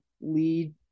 lead